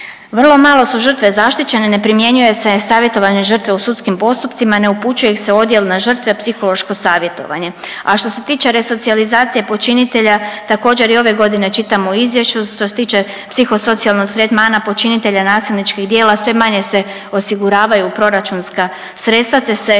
Vrlo malo su žrtve zaštićene, ne primjenjuje se savjetovanje žrtve u sudskim postupcima, ne upućuje ih se u odjel na žrtve i psihološko savjetovanje. A što se tiče resocijalizacije počinitelja također i ove godine čitamo u izvješću što se tiče psihosocijalnog tretmana počinitelja nasilničkih djela sve manje se osiguravaju proračunska sredstva, te